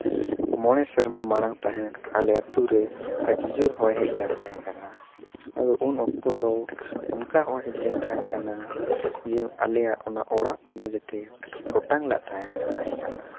ᱢᱚᱬᱮ ᱥᱮᱨᱢᱟ ᱢᱟᱲᱟᱝ ᱛᱟᱦᱮᱸ ᱟᱞᱮ ᱟᱛᱳ ᱨᱮ ᱟᱹᱰᱤ ᱡᱳᱨ ᱦᱚᱭ ᱦᱮᱡ ᱞᱮᱱ ᱛᱟᱦᱮᱸ ᱠᱟᱱᱟ ᱟᱫᱚ ᱩᱱ ᱚᱠᱛᱚ ᱫᱚ ᱚᱱᱠᱟ ᱦᱚᱭ ᱦᱮᱡ ᱞᱮᱱ ᱛᱟᱦᱮᱸ ᱠᱟᱱᱟ ᱡᱮ ᱟᱞᱮᱭᱟᱜ ᱚᱲᱟᱜ ᱠᱚᱲᱫᱚ ᱡᱟᱛᱮ ᱚᱴᱟᱝ ᱞᱮᱫ ᱛᱟᱦᱮᱸ ᱠᱟᱱᱟ